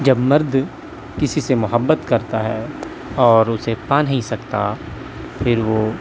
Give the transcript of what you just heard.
جب مرد کسی سے محبت کرتا ہے اور اسے پا نہیں سکتا پھر وہ